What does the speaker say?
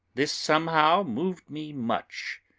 this somehow moved me much.